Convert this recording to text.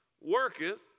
Worketh